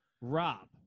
Rob